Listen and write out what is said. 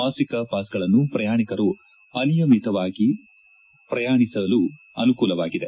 ಮಾಸಿಕ ಪಾಸ್ಗಳನ್ನು ಪ್ರಯಾಣಿಕರು ಅನಿಯಮಿತವಾಗಿ ಪ್ರಯಾಣಿಸಬಹುದಾಗಿದೆ